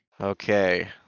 Okay